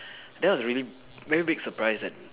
that was a really very big surprise that